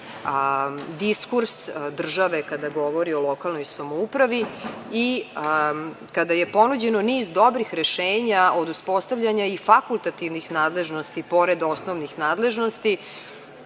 diskurs države kada govori o lokalnoj samoupravi i kada je ponuđen niz dobrih rešenja od uspostavljanja i fakultativnih nadležnosti pored osnovnih nadležnosti,